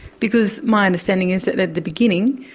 because my understanding is that at the beginning,